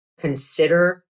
consider